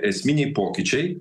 esminiai pokyčiai